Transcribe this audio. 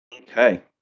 Okay